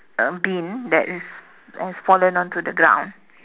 uh bin that is has fallen onto the ground